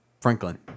Franklin